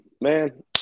man